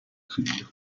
figlio